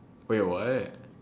wait what